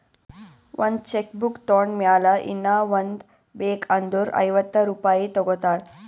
ಒಂದ್ cheque book ತೊಂಡ್ ಮ್ಯಾಲ ಇನ್ನಾ ಒಂದ್ ಬೇಕ್ ಅಂದುರ್ ಐವತ್ತ ರುಪಾಯಿ ತಗೋತಾರ್